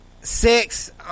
six